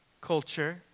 culture